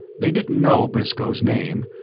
they didn't know briscoe's name,